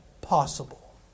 possible